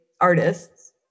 artists